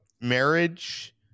marriage